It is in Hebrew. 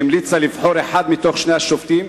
שהמליצה לבחור אחד מתוך שני השופטים,